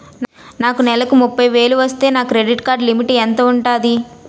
నాకు నెలకు ముప్పై వేలు వస్తే నా క్రెడిట్ కార్డ్ లిమిట్ ఎంత ఉంటాది?